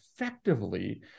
effectively